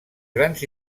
grans